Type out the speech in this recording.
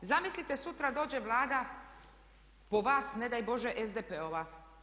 Zamislite sutra dođe Vlada po vas ne daj Bože SDP-ova.